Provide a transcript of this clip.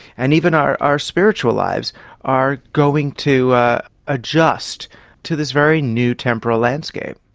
and even our our spiritual lives are going to adjust to this very new temporal landscape.